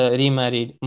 remarried